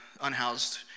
unhoused